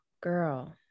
Girl